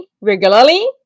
Regularly